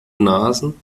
nasen